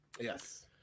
Yes